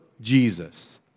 Jesus